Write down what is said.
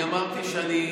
אני אמרתי שאני,